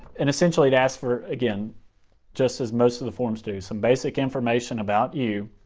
and essentially it asks for, again just as most of the forms do, some basic information about you.